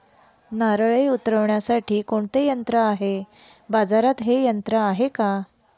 नारळे उतरविण्यासाठी कोणते यंत्र आहे? बाजारात हे यंत्र आहे का?